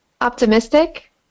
optimistic